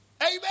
Amen